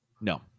No